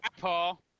Paul